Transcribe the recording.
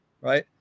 right